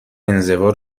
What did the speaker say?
انزوا